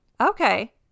Okay